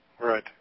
Right